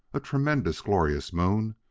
a tremendous, glorious moon,